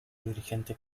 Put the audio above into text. dirigente